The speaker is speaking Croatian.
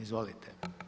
Izvolite.